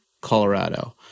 Colorado